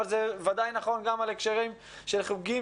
אבל זה ודאי נכון גם להקשרים של חוגים,